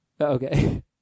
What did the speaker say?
Okay